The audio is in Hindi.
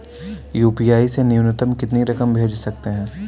यू.पी.आई से न्यूनतम कितनी रकम भेज सकते हैं?